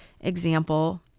example